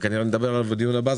וכנראה נדבר עליו בדיון הבא,